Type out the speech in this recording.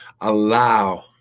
allow